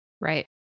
Right